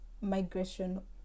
migration